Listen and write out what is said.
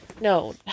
No